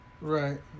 right